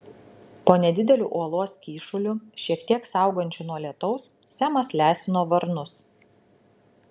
po nedideliu uolos kyšuliu šiek tiek saugančiu nuo lietaus semas lesino varnus